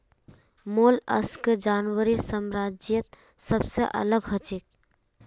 mollusc जानवरेर साम्राज्यत सबसे अलग हछेक